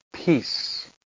Peace